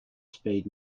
speed